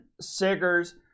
Siggers